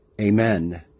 Amen